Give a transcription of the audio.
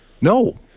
no